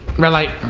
red light.